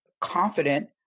confident